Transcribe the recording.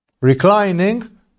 Reclining